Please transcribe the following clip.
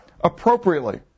appropriately